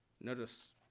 Notice